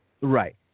Right